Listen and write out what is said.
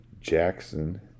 Jackson